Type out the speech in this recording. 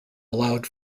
allowed